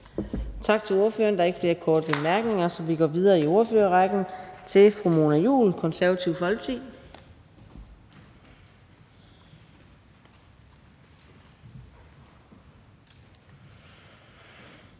Tak til ordføreren. Der er ikke nogen korte bemærkninger, så vi går videre i ordførerrækken til fru Signe Munk, Socialistisk Folkeparti.